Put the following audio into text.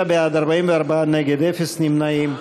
59 בעד, 44 נגד, אפס נמנעים.